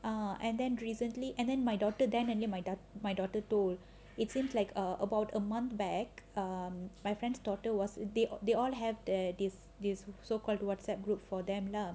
and then recently and then my daughter then and then my my daughter told it seems like uh about a month back um my friend's daughter was the~ they all have their this this so called WhatsApp group for them lah